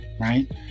Right